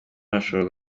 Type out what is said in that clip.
bashobora